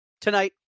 tonight